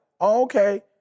okay